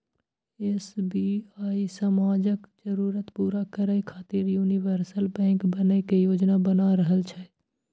SBI समाजक जरूरत पूरा करै खातिर यूनिवर्सल बैंक बनै के योजना बना रहल छै